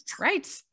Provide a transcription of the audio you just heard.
Right